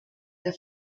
der